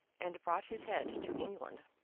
and brought his head to england.